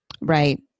right